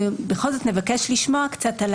אנחנו בכל זאת נבקש לשמוע קצת על